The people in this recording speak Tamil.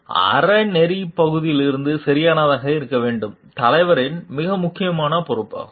அப்படியானால் அறநெறிப் பகுதியிலிருந்து சரியானதாக இருக்க வேண்டியது தலைவரின் மிக முக்கியமான பொறுப்பாகும்